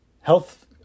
health